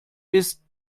ist